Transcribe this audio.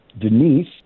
Denise